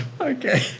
Okay